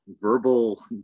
verbal